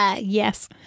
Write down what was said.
Yes